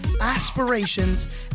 aspirations